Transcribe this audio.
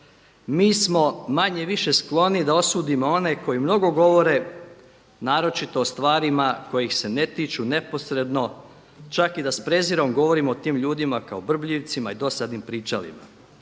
Mi smo manje-više skloni da osudimo one koji mnogo govore naročito o stvarima koji ih se ne tiču neposredno čak i da s prezirom govorimo o tim ljudima kao brbljivcima i dosadnim pričalima,